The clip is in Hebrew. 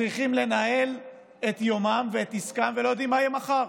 שצריכים לנהל את יומם ואת עסקם ולא יודעים מה יהיה מחר.